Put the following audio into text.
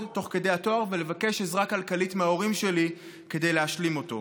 תוך כדי התואר ולבקש עזרה כלכלית מההורים שלי כדי להשלים אותו.